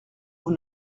vous